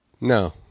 No